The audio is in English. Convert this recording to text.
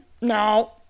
no